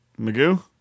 Magoo